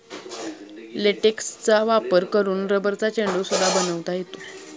लेटेक्सचा वापर करून रबरचा चेंडू सुद्धा बनवता येतो